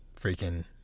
freaking